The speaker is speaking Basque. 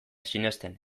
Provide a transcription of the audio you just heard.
sinesten